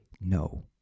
no